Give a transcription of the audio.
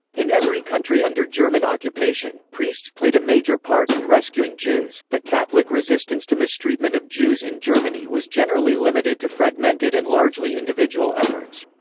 in every country under german occupation, priests played a major part in rescuing jews, but catholic resistance to mistreatment of jews in germany was generally limited to fragmented and largely individual efforts.